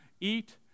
eat